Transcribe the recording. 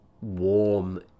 warm